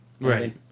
Right